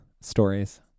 stories